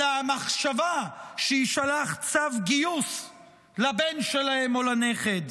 אלא המחשבה שיישלח צו גיוס לבן שלהם או לנכד.